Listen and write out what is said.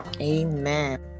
Amen